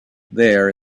there